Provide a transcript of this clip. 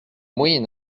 moyen